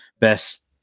best